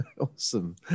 Awesome